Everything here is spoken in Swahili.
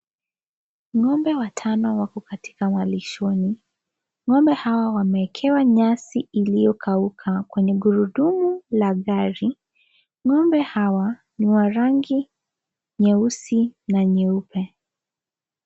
Ngombe watano wako katika malishoni, ng'ombe hawa wameekewa nyasi iliyokauka kwenye gurudumu la gari. Ng'ombe hawa ni wa rangi nyeusi na nyeupe.